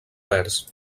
vers